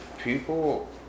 People